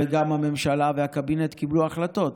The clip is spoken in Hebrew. וגם הממשלה והקבינט קיבלו החלטות.